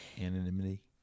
anonymity